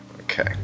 Okay